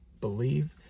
believe